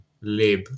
lib